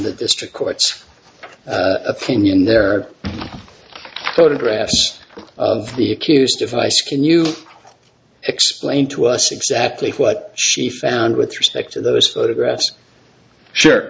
the district court's opinion there are photographs of the accused device can you explain to us exactly what she found with respect to those photographs s